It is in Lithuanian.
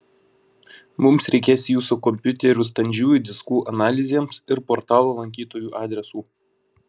mums reikės jūsų kompiuterių standžiųjų diskų analizėms ir portalo lankytojų adresų